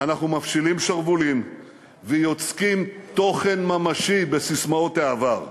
אנחנו מפשילים שרוולים ויוצקים תוכן ממשי בססמאות העבר.